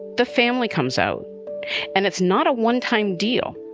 the family comes out and it's not a one time deal.